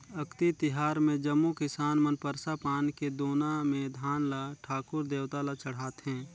अक्ती तिहार मे जम्मो किसान मन परसा पान के दोना मे धान ल ठाकुर देवता ल चढ़ाथें